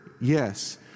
Yes